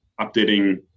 updating